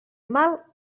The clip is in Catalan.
mal